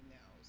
now